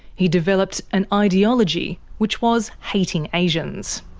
he developed an ideology, which was hating asians.